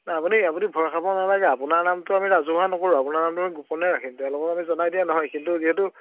নাই আপুনি আপুনি ভয় খাব নালাগে আপোনাৰ নামটো আমি ৰাজহুৱা নকৰোঁ আপোনাৰ নামটো আমি গোপনে ৰাখিম তেওঁলোকক আমি জনাই দিয়া নহয় কিন্তু যিহেতু